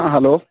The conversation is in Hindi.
हाँ हलो